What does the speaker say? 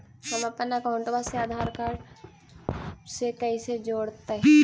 हमपन अकाउँटवा से आधार कार्ड से कइसे जोडैतै?